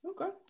Okay